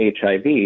HIV